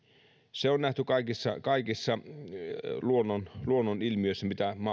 se on nähty kaikissa kaikissa luonnonilmiöissä mitä